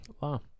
Wow